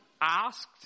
asked